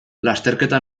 lasterketa